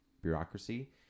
Bureaucracy